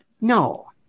No